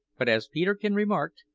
but, as peterkin remarked,